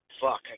fuck